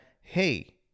hey